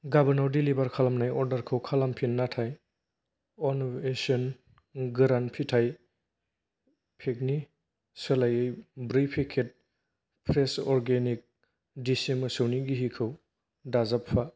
गाबोनाव delivery खालामनाय अर्डारखौ खालामफिन नाथाय आनवेशन गोरान फिथाइ पेकनि सोलायै ब्रै पेकेट फ्रेश अर्गेनिक देसि मोसौनि गिहिखौ दाजाबफा